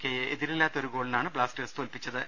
കെയെ എതിരില്ലാത്ത് ഒരു ഗോളിനാണ് ബ്ലാസ്റ്റേഴ്സ് തോൽപ്പിച്ചത്